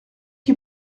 you